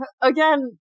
Again